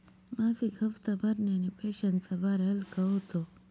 मासिक हप्ता भरण्याने पैशांचा भार हलका होतो